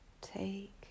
Take